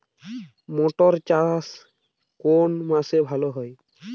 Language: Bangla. মটর চাষ কোন মাসে ভালো হয়?